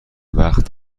وقت